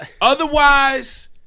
Otherwise